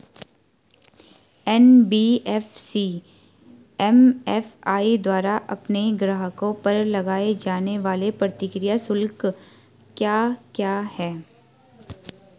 NBFC MFI द्वारा अपने ग्राहकों पर लगाए जाने वाले प्रक्रिया शुल्क क्या क्या हैं?